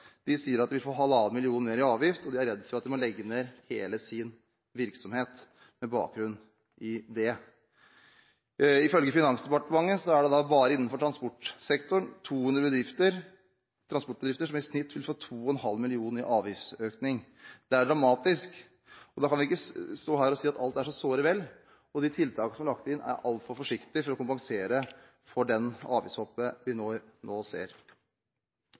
De sier at de vil få 1,5 mill. kr mer i avgift, og de er redde for at de må legge ned hele sin virksomhet med bakgrunn i det. Ifølge Finansdepartementet er det bare innenfor transportsektoren 200 transportbedrifter som i snitt vil få 2,5 mill. kr i avgiftsøkning. Det er dramatisk, og da kan vi ikke stå her og si at alt er såre vel. De tiltakene som er lagt inn, er altfor forsiktige til å kompensere for det avgiftshoppet vi nå ser.